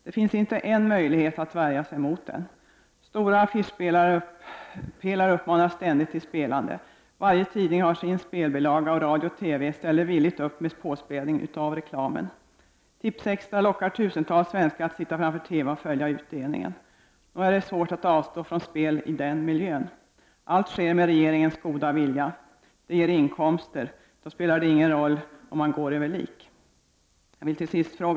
Det finns inte någon möjlighet att värja sig mot den. Stora affischpelare uppmanar ständigt till spelande. Varje tidning har sin spelbilaga och radio och TV ställer villigt upp med påspädning av reklamen. Tipsextra lockar tusentals svenskar att sitta framför TV och följa utdelningen. Det är nog inte så lätt att avstå från spel under dessa omständigheter. Allt sker med regeringens goda vilja. Spelandet ger inkomster, och då spelar det inte någon roll om man går över lik.